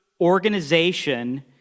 organization